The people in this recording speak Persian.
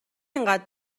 اینقدر